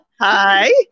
Hi